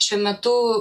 šiuo metu